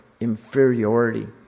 inferiority